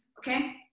okay